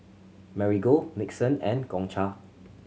Marigold Nixon and Gongcha